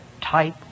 type